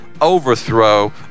overthrow